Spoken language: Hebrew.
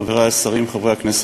חברי השרים, חברי הכנסת,